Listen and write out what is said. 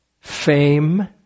fame